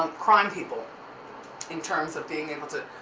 um crime people in terms of being able to,